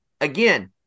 Again